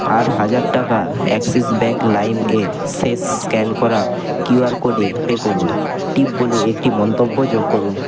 আর হাজার টাকা Axis bank লাইম এ শেষ স্ক্যান করা কিউআর কোডে পে করুন টিপ বলে একটি মন্তব্য যোগ করুন